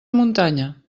muntanya